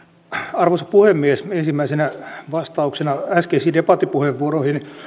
arvoisa puhemies ensimmäisenä vastauksena äskeisiin debattipuheenvuoroihin